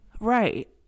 Right